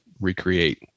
recreate